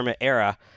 era